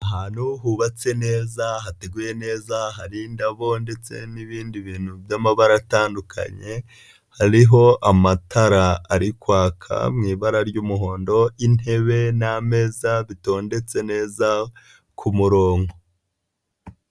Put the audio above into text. Ahantu hubatse neza, hateguye neza, hari indabo ndetse n'ibindi bintu by'amabara atandukanye, hariho amatara ari kwaka mu ibara ry'umuhondo, intebe n'ameza bitondetse neza ku murongo.